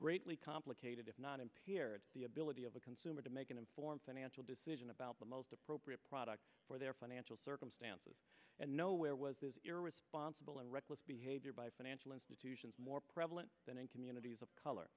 greatly complicated if not impaired the ability of a consumer to make an informed financial decision about the most appropriate product for their financial circumstances and nowhere was this irresponsible and reckless behavior by financial institutions more prevalent than in communities of color